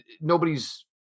Nobody's